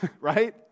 Right